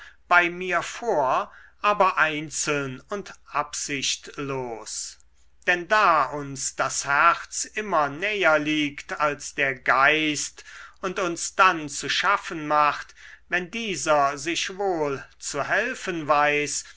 bei mir vor aber einzeln und absichtlos denn da uns das herz immer näher liegt als der geist und uns dann zu schaffen macht wenn dieser sich wohl zu helfen weiß